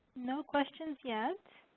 no questions yet